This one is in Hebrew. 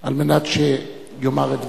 על מנת שיאמר את דברו.